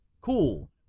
cool